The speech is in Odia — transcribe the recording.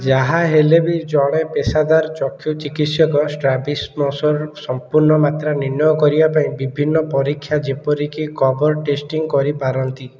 ଯାହା ହେଲେବି ଜଣେ ପେସାଦାର ଚକ୍ଷୁ ଚିକିତ୍ସକ ଷ୍ଟ୍ରାବିସ୍ମସ୍ର ସମ୍ପୂର୍ଣ୍ଣ ମାତ୍ରା ନିର୍ଣ୍ଣୟ କରିବା ପାଇଁ ବିଭିନ୍ନ ପରୀକ୍ଷା ଯେପରିକି କଭର୍ ଟେଷ୍ଟିଂ କରିପାରନ୍ତି